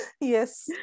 Yes